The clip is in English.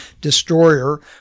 destroyer